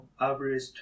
average